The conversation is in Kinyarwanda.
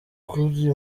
ukiri